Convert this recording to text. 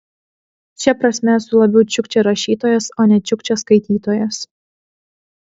šia prasme esu labiau čiukčia rašytojas o ne čiukčia skaitytojas